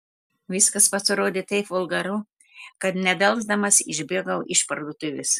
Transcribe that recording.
viskas pasirodė taip vulgaru kad nedelsdamas išbėgau iš parduotuvės